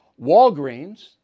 Walgreens